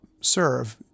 serve